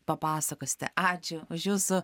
papasakosite ačiū už jūsų